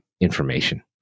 information